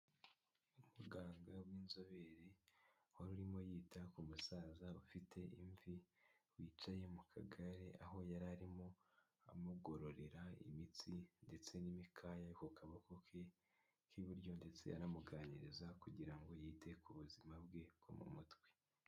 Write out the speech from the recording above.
Umuganga w'inzobere wari urimo yita ku musaza ufite imvi wicaye mu kagare aho yari arimo amugororera imitsi ndetse n'imikaya ku kaboko ke k'iburyo ndetse anamuganiriza kugira ngo yite ku buzima bwe bwo mu mutwe.